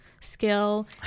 skill